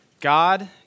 God